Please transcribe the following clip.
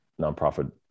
nonprofit